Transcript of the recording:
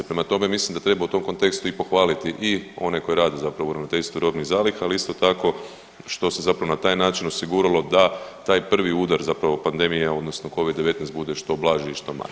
Prema tome, mislim da treba u tom kontekstu i pohvaliti i one koji rade zapravo u ravnateljstvu robnih zaliha, ali isto tako što se zapravo na taj način osiguralo da taj prvi udar zapravo pandemije odnosno covid-19 bude što blaži i što manji.